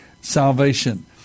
salvation